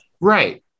Right